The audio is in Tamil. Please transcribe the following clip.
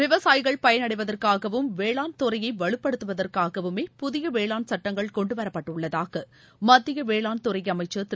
விவசாயிகள் பயனடைவதற்காகவும் வேளாண் துறையை வலுப்படுத்துவதற்காகவுமே புதிய வேளாண் சுட்டங்கள் கொண்டுவரப்பட்டுள்ளதாக மத்திய வேளாண் துறை அமைச்சர் திரு